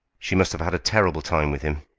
she must have had a terrible time with him,